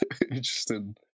interesting